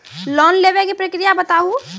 Loan लेवे के प्रक्रिया बताहू?